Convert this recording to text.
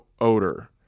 odor